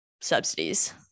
subsidies